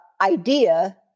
idea